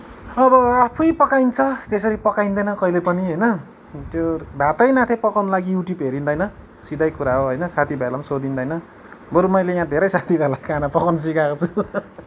अब आफै पकाइन्छ त्यसरी पकाइँदैन कहिले पनि होइन त्यो भातै नाथे पकाउनको लागि यू ट्युब हेरिँदैन सिधै कुरा हो होइन साथीभाइहरूलाई पनि सोधिँदैन बरू यहाँ मैले धेरै साथीभाइहरूलाई खाना पकाउन सिकाएको छु